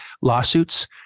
lawsuits